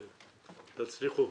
תצליחו.